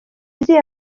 izihe